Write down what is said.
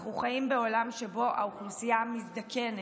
אנחנו חיים בעולם שבו האוכלוסייה מזדקנת.